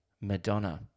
Madonna